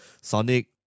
Sonic